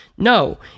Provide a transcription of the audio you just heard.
No